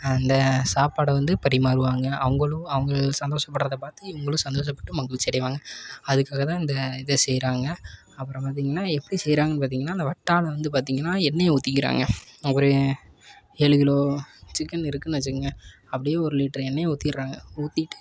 அந்த சாப்பாடை வந்து பரிமாறுவாங்க அவங்களும் அவங்க சந்தோஷப்படுறத பார்த்து இவங்களும் சந்தோஷப்பட்டு மகிழ்ச்சி அடைவாங்க அதுக்காகதான் இந்த இதை செய்கிறாங்க அப்புறம் பார்த்தீங்கன்னா எப்படி செய்கிறாங்கன்னு பார்த்தீங்கன்னா அந்த வட்டாவில் வந்து பார்த்தீங்கன்னா எண்ணெயை ஊற்றிக்கிறாங்க அப்புறம் ஏழு கிலோ சிக்கன் இருக்குதுன்னு வச்சுங்கங்க அப்படியே ஒரு லிட்ரு எண்ணெயை ஊற்றிர்றாங்க ஊற்றிட்டு